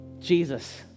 Jesus